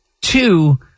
two